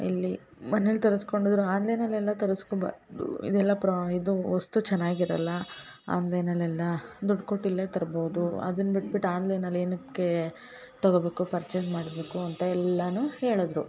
ಇಲ್ಲಿ ಮನೇಲಿ ತರಸ್ಕೊಂಡಿದ್ದರು ಆನ್ಲೈನ್ ಎಲ್ಲ ತರಸ್ಕೊಬಾರದು ಇದೆಲ್ಲ ಪ್ರಾ ಇದು ವಸ್ತು ಚೆನ್ನಾಗಿರಲ್ಲ ಆನ್ಲೈನಲೆಲ್ಲ ದುಡ್ಡು ಕೊಟ್ಟು ಇಲ್ಲೇ ತರ್ಬೌದು ಅದನ್ನ ಬಿಟ್ಬಿಟ್ಟು ಆನ್ಲೈನಲ್ಲಿ ಏನಕ್ಕೆ ತಗೋಬೇಕು ಪರ್ಚೆಸ್ ಮಾಡಬೇಕು ಅಂತ ಎಲ್ಲಾನು ಹೇಳಿದರು